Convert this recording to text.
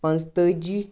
پانژتٲجی